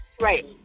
Right